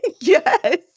Yes